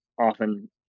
often